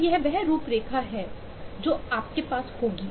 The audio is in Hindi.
तो यह वह रूपरेखा है जो आपके पास होगी